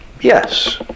yes